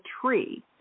tree